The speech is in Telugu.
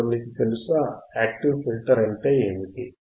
ఇప్పుడు మీకు తెలుసా యాక్టివ్ ఫిల్టర్ అంటే ఏమిటి